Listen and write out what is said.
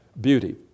beauty